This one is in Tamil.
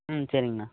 ம் சரிங்கண்ணா